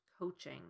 Coaching